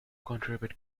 contribute